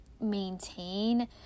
maintain